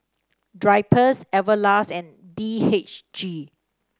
Drypers Everlast and B H G